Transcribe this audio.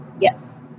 Yes